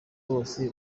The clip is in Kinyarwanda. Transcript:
bose